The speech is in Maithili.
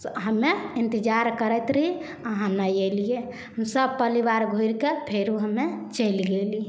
हमे इन्तजार करैत रही अहाँ नहि अएलिए हमसभ परिवार घुरिकऽ फेरो हमे चलि गेली